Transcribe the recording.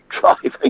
driving